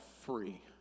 free